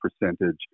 percentage